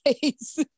face